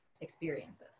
experiences